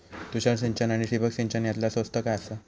तुषार सिंचन आनी ठिबक सिंचन यातला स्वस्त काय आसा?